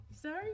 Sorry